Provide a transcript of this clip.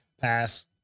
Pass